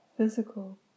physical